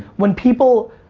when people,